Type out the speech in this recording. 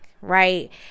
right